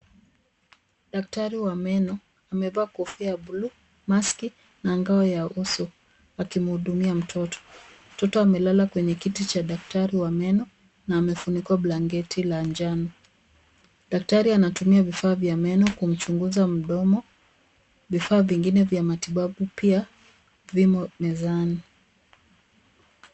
Dkatari wa meno. Amevaa kofia ya buluu, maski na ngao ya uso akimhudumia mtoto. Mtoto amelala kwenye kiti cha daktari wa meno na amefunikwa blanketi la njano. Daktari anatumia vifaa vya meno kumchunguza mdomo. Vifaa vingine vya matibabu pia vimo mezani.